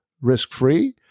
risk-free